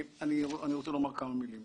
אני רוצה לומר כמה מילים.